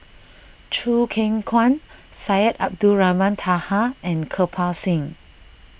Choo Keng Kwang Syed Abdulrahman Taha and Kirpal Singh